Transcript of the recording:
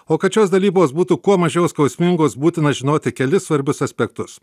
o kad šios dalybos būtų kuo mažiau skausmingos būtina žinoti kelis svarbius aspektus